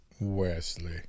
Wesley